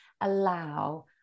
allow